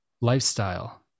lifestyle